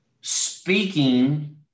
speaking